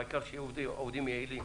העיקר שיהיו עובדים יעילים.